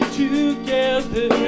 together